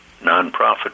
nonprofit